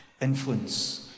influence